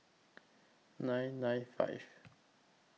nine nine five